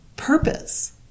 purpose